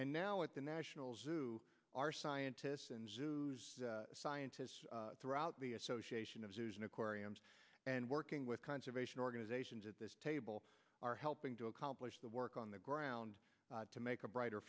and now at the national zoo our scientists and scientists throughout the association of zoos and aquariums and working with conservation organizations at this table are helping to accomplish the work on the ground to make a brighter